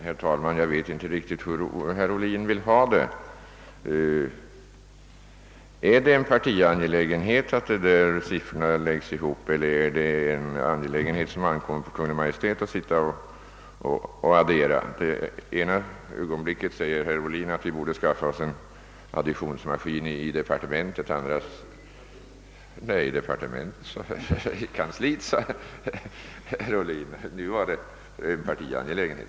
Herr talman! Jag vet inte riktigt hur herr Ohlin vill ha det. är det en partiangelägenhet att dessa siffror läggs ihop eller ankommer det på Kungl. Maj:t att sitta och addera siffrorna? I det ena ögonblicket säger herr Ohlin, att vi borde skaffa oss en additionsmiaskin i departementet... Nej, vi i kanslihuset, sade herr Ohlin, men nu har det tydligen blivit en partiangelägenhet.